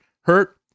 Hurt